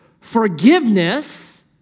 forgiveness